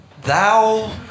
thou